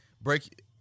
break